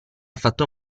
fatto